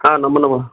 हा नमो नमः